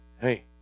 Hey